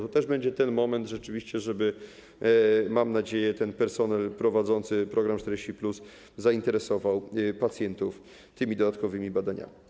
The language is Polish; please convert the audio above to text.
To też będzie rzeczywiście ten moment, żeby, mam nadzieję, ten personel prowadzący program 40+ zainteresował pacjentów tymi dodatkowymi badaniami.